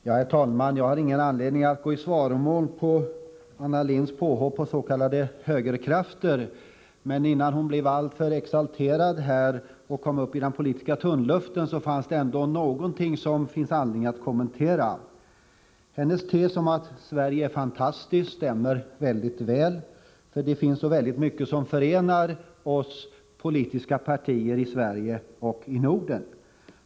Herr talman! Jag har ingen anledning att gå i svaromål när det gäller Anna Lindhs påhopp på s.k. högerkrafter. Men innan Anna Lindh blev alltför exalterad och kom upp i den politiska tunnluften, sade hon en del som behöver kommenteras. Anna Lindhs tes att Sverige är fantastiskt stämmer mycket väl, för det finns så mycket som förenar de politiska partierna i Sverige och i Norden.